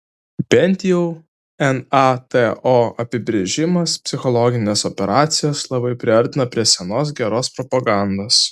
bent jau nato apibrėžimas psichologines operacijas labai priartina prie senos geros propagandos